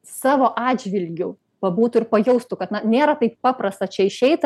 savo atžvilgiu pabūtų ir pajaustų kad na nėra taip paprasta čia išeit